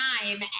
time